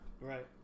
Right